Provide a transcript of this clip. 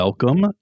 Welcome